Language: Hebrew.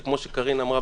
שכמו שקארין אמרה,